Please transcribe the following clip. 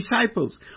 disciples